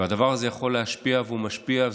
והדבר הזה יכול להשפיע, והוא משפיע.